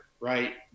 right